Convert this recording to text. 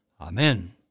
Amen